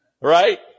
Right